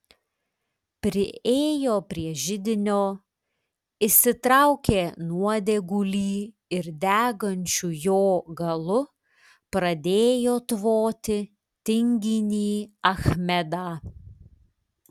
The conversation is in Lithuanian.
priėjo prie židinio išsitraukė nuodėgulį ir degančiu jo galu pradėjo tvoti tinginį achmedą